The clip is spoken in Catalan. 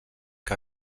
que